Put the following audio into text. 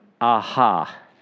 aha